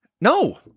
no